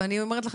ואני אומרת לך,